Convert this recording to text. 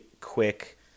quick